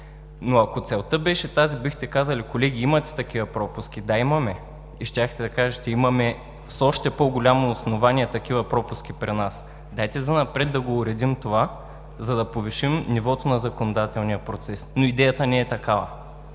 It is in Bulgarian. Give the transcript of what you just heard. но ако целта беше тази, бихте казали: колеги, имате такива пропуски. Да, имаме. И щяхте да кажете: имаме с още по-голямо основание такива пропуски при нас. Дайте занапред да го уредим това, за да повишим нивото на законодателния процес, но идеята не е такава.